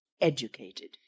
educated